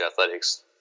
athletics